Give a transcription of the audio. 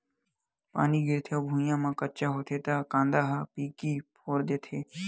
पानी गिरथे अउ भुँइया ह कच्चा होथे त कांदा ह पीकी फोर देथे